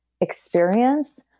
experience